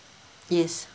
yes